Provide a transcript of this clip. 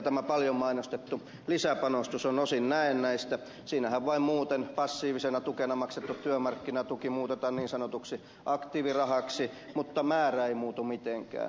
tämä paljon mainostettu lisäpanostus on osin näennäistä siinähän vain muuten passiivisena tukena maksettu työmarkkinatuki muutetaan niin sanotuksi aktiivirahaksi mutta määrä ei muutu mitenkään